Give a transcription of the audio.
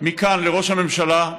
מכאן לראש הממשלה,